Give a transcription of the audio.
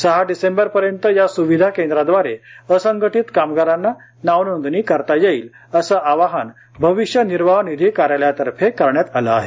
सहा डिसेंबरपर्यंत या सुविधा केंद्राव्दारे असंघटीत कामगारांना नावनोंदणी करता येईल असं आवाहन भविष्य निर्वाह निधी कार्यालयातर्फे करण्यात आले आहे